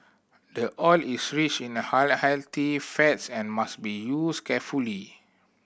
the oil is rich in fats and must be used carefully